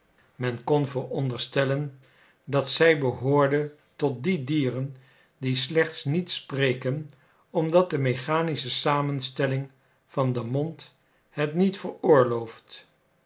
men kon veronderstellen dat zij behoorde tot die dieren die slechts niet spreken omdat de mechanische samenstelling van den mond het niet veroorlooft